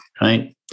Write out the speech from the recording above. Right